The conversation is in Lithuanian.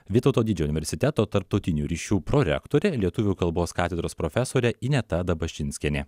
vytauto didžiojo universiteto tarptautinių ryšių prorektorė lietuvių kalbos katedros profesorė ineta dabašinskienė